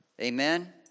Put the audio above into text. Amen